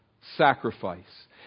Sacrifice